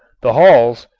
the hulls,